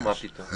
לא, מה פתאום.